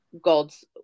god's